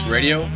Radio